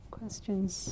Questions